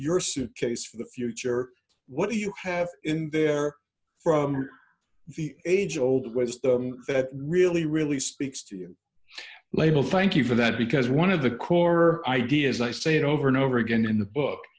your suitcase for the future what do you have in there from the age old west that really really speaks to you label thank you for that because one of the core ideas i say over and over again in the book